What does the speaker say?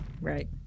Right